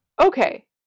Okay